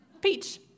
Peach